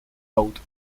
boat